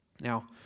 Now